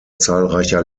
zahlreicher